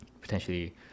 potentially